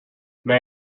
may